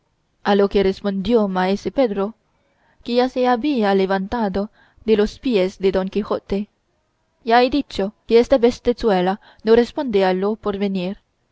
a lo que respondió maese pedro que ya se había levantado de los pies de don quijote ya he dicho que esta bestezuela no responde a lo por venir